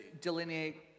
delineate